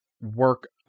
work